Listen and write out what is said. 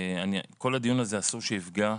כל הדיון הזה אסור שיפגע,